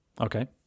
okay